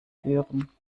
führen